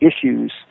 issues